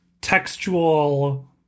textual